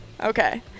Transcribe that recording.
Okay